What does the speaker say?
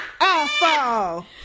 awful